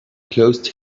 closed